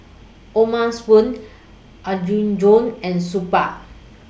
O'ma Spoon Apgujeong and Superga